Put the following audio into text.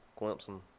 Clemson